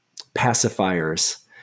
pacifiers